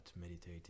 meditating